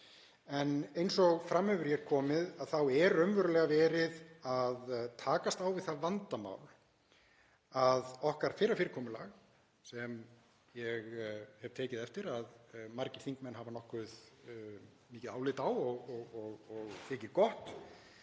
Eins og fram hefur komið þá er raunverulega verið að takast á við það vandamál að okkar fyrra fyrirkomulag, sem ég hef tekið eftir að margir þingmenn hafa nokkuð mikið álit á og þykir gott,